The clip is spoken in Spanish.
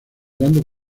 dando